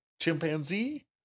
chimpanzee